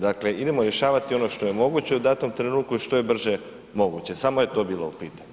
Dakle, idemo rješavati ono što je moguće u datom trenutku što je brže moguće, samo je to bilo u pitanju.